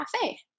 cafe